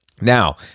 Now